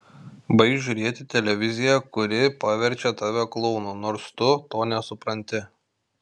baik žiūrėti televiziją kuri paverčia tave klounu nors tu to nesupranti